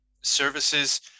services